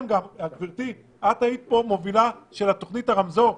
גברתי, את הובלת את תוכנית הרמזור פה.